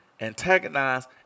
antagonize